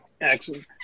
excellent